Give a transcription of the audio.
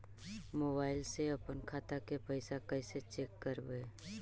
Mobile से अपन खाता के पैसा कैसे चेक करबई?